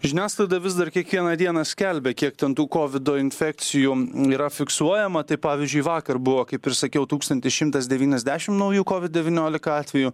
žiniasklaida vis dar kiekvieną dieną skelbia kiek ten tų kovido infekcijų yra fiksuojama tai pavyzdžiui vakar buvo kaip ir sakiau tūkstantis šimtas devyniasdešim naujų kovid devyniolika atvejų